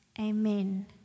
Amen